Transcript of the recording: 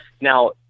now